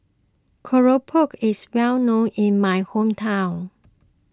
Keropok is well known in my hometown